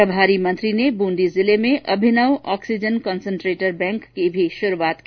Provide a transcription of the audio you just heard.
प्रभारी मंत्री ने बूंदी जिले में अभिनव ऑक्सीजन कोसंट्रेटर बैंक की भी शुरूआत की